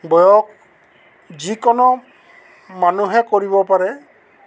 বয়স যিকোনো মানুহে কৰিব পাৰে